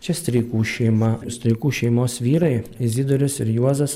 čia streikų šeima streikų šeimos vyrai izidorius ir juozas